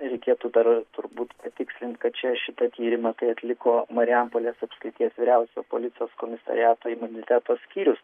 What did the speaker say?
reikėtų dar turbūt patikslint kad čia šitą tyrimą tai atliko marijampolės apskrities vyriausiojo policijos komisariato imuniteto skyrius